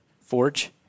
forge